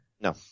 No